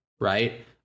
right